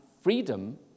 freedom